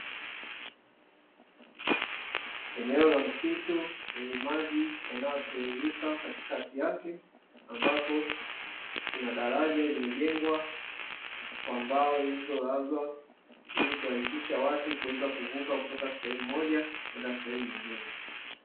Eneo la msitu lenye maji yanayotiririka katikati yake ambapo kuna daraja limejengwa kwa mbao zilizolazwa, ili kurahisisha watu kuweza kuvuka kutoka sehemu moja kwenda sehemu nyingine.